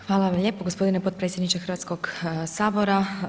Hvala vam lijepo gospodine potpredsjedniče Hrvatskog sabora.